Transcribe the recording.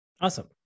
Awesome